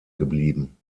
geblieben